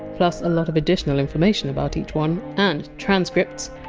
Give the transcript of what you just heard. plus a lot of additional information about each one and transcripts,